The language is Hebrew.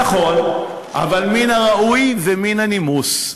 נכון, אבל מן הראוי ומן הנימוס,